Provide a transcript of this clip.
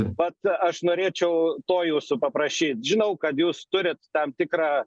taip pat aš norėčiau to jūsų paprašyt žinau kad jūs turit tam tikrą